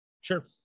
Sure